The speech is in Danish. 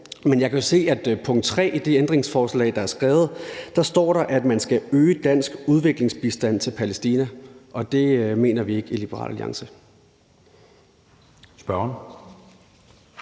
men jeg kan jo se, at der under punkt 3 i det ændringsforslag, der er skrevet, står, at man skal øge dansk udviklingsbistand til Palæstina, og det mener vi i Liberal Alliance